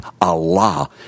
Allah